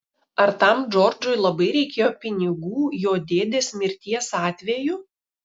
ar tam džordžui labai reikėjo pinigų jo dėdės mirties atveju